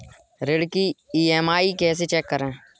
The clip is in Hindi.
ऋण की ई.एम.आई कैसे चेक करें?